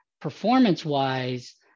Performance-wise